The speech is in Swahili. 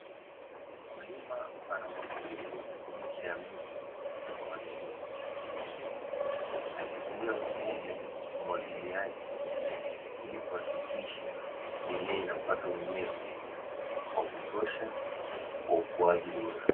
Mkulima anamwagilia miche ya miti kwa makini, akitumia mfumo wa umwagiliaji, ili kuhakikisha mimea inapata unyevu wa kutosha kwa ukuaji bora.